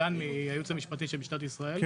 עידן, מהייעוץ המשפטי של משטרת ישראל.